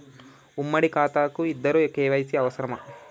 ఉమ్మడి ఖాతా కు ఇద్దరు కే.వై.సీ అవసరమా?